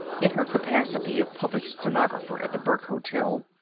in her capacity of public stenographer at the burke hotel,